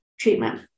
treatment